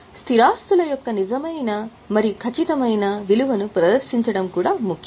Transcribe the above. స్థిరాస్తుల యొక్క నిజమైన మరియు సరసమైన విలువను ప్రదర్శించడం కూడా ముఖ్యం